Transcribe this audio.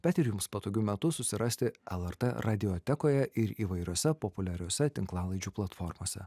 bet ir jums patogiu metu susirasti lrt radiotekoje ir įvairiose populiariose tinklalaidžių platformose